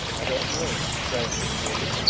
i don't know, travis admitted.